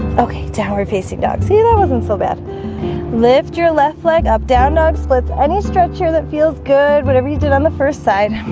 okay downward-facing dog see that wasn't so bad lift your left leg up down dog split any stretch here that feels good. whatever you did on the first side